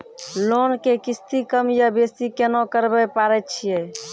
Loan के किस्ती कम या बेसी केना करबै पारे छियै?